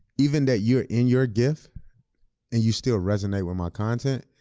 even that you're in your gift and you still resonate with my content,